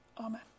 Amen